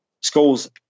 Schools